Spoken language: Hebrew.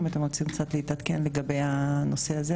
אם אתם רוצים להתעדכן בנושא הזה,